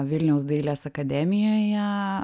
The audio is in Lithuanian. vilniaus dailės akademijoje